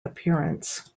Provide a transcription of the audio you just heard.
appearance